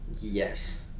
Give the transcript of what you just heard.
Yes